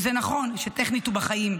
וזה נכון שטכנית הוא בחיים,